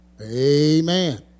Amen